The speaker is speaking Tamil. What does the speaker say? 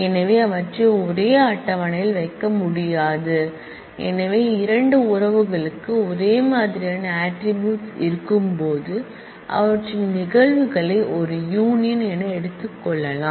எனவே அவற்றை ஒரே டேபிள் யில் வைக்க முடியாது எனவே இரண்டு ரிலேஷன்களுக்கு ஒரே மாதிரியான ஆட்ரிபூட்ஸ் இருக்கும்போது அவற்றின் நிகழ்வுகளை ஒரு யூனியன் என எடுத்துக் கொள்ளலாம்